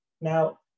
Now